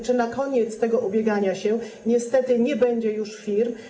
Czy na koniec tego ubiegania się niestety nie będzie już firm?